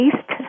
East